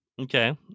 Okay